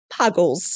puggles